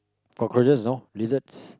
cockroaches no lizards